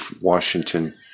Washington